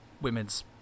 women's